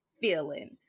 feeling